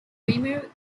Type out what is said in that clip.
cramer